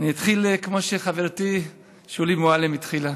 אני אתחיל כמו שחברתי שולי מועלם התחילה: